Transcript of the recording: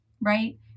right